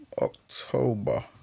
October